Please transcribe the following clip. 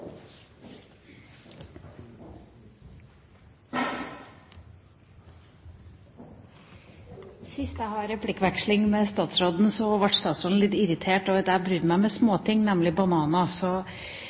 Sist jeg hadde replikkveksling med statsråden, ble hun litt irritert over at jeg brydde meg med